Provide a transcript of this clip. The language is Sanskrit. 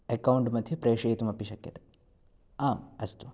अकौण्ट् मध्ये प्रेषयितुमपि शक्यते आम् अस्तु